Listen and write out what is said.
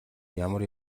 ямар